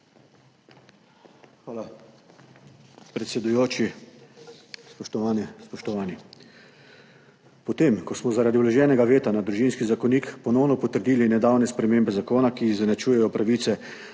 Hvala, predsedujoči. Spoštovane, spoštovani! Potem, ko smo zaradi vloženega veta na Družinski zakonik ponovno potrdili nedavne spremembe zakona, ki izenačujejo pravice